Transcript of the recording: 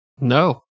No